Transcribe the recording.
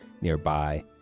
nearby